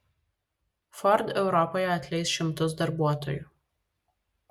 ford europoje atleis šimtus darbuotojų